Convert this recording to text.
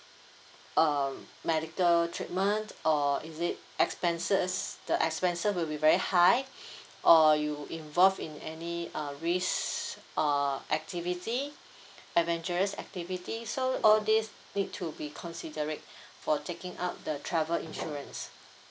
uh medical treatment or is it expenses the expenses will be very high or you involved in any uh risks uh activity adventurous activities so all this need to be considerate for taking up the travel insurance